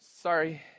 sorry